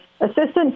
assistant